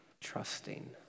trusting